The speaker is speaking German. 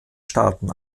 staaten